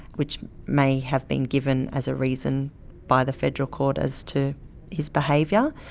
which may have been given as a reason by the federal court as to his behaviour.